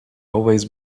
always